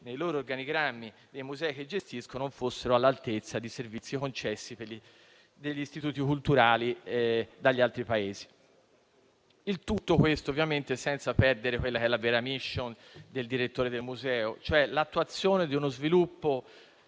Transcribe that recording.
negli organigrammi dei musei non fossero all'altezza dei servizi concessi dagli istituti culturali degli altri Paesi. Tutto questo ovviamente senza perdere la vera *mission* del direttore del museo, ossia l'attuazione e lo sviluppo